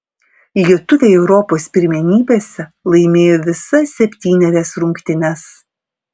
lietuviai europos pirmenybėse laimėjo visas septynerias rungtynes